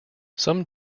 some